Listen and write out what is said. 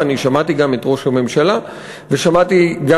ואני שמעתי גם את ראש הממשלה ושמעתי גם